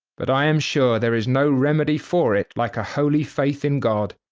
but i am sure there is no remedy for it like a holy faith in god.